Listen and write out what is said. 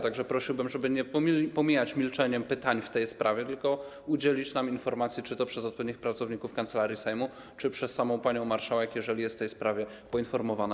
Tak że prosiłbym o niepomijanie milczeniem pytań w tej sprawie i udzielenie nam informacji, czy to przez odpowiednich pracowników Kancelarii Sejmu, czy przez samą panią marszałek, jeżeli jest w tej sprawie poinformowana.